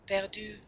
perdu